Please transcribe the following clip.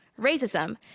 racism